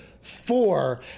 four